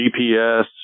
GPS